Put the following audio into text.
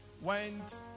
went